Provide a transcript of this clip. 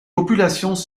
populations